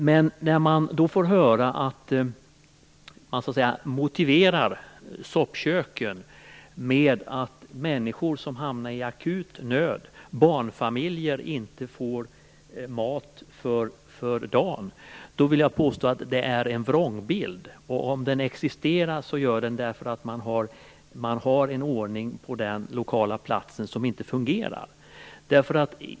Vi får här höra att soppköken skulle motiveras av att människor som hamnar i akut nöd, t.ex. barnfamiljer, inte får mat för dagen, men jag vill påstå att detta är en vrångbild, och om det ändå förekommer någonstans så beror det på att man där, på det lokala planet, har en ordning som inte fungerar.